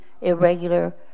irregular